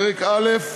פרק א',